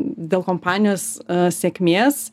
dėl kompanijos sėkmės